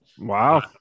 Wow